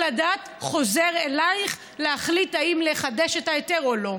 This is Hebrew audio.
הדעת חוזר אלייך להחליט אם לחדש את ההיתר או לא.